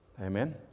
Amen